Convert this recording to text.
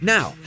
Now